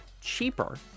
cheaper